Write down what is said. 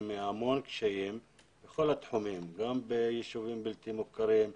מהמון קשיים בכל התחומים גם בישובים בלתי מוכרים.